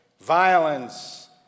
violence